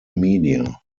media